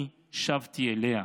אני שבתי אליה.